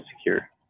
secure